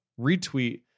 retweet